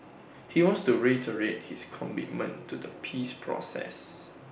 he wants to reiterate his commitment to the peace process